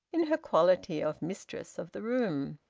in her quality of mistress of the room.